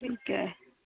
ਠੀਕ ਹੈ